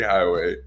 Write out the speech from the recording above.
Highway